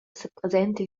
sepresenta